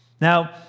Now